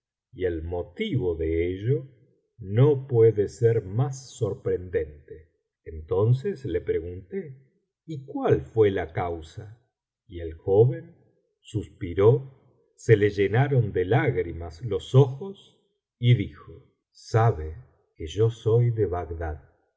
y el motivo de ello no puede ser más sorprendente entonces le pregunté y cuál fué la causa y el joven suspiró se le llenaron de lágrimas los ojos y dijo sabe que yo soy de bagdad